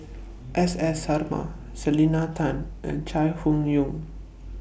S S Sarma Selena Tan and Chai Hon Yoong